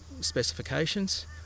specifications